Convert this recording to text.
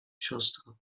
siostro